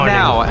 now